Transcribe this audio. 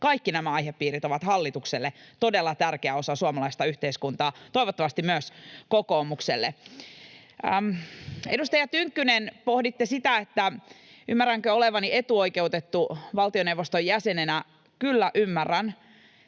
Kaikki nämä aihepiirit ovat hallitukselle todella tärkeä osa suomalaista yhteiskuntaa, toivottavasti myös kokoomukselle. Edustaja Tynkkynen, pohditte sitä, ymmärränkö olevani etuoikeutettu valtioneuvoston jäsenenä. Kyllä ymmärrän,